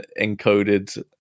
encoded